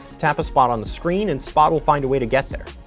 tap a spot on the screen, and spot will find a way to get there.